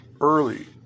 early